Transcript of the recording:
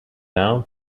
down